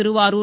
Thiruvarur